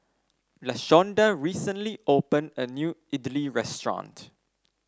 Lashonda recently opened a new idly restaurant